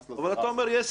אתה אומר: יש סיכון.